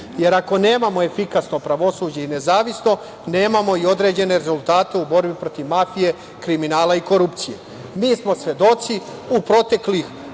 Ako nemamo efikasno pravosuđe i nezavisno, nemamo ni određene rezultate u borbi protiv mafije, kriminala i korupcije. Mi smo svedoci u proteklih